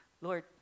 Lord